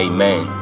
Amen